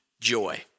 joy